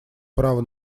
право